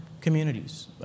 communities